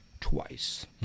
Twice